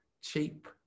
cheap